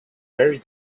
very